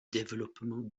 développement